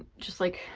just like,